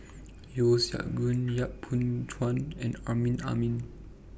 Yeo Siak Goon Yap Boon Chuan and Amrin Amin